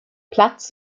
platz